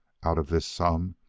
out of this sum,